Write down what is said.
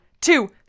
two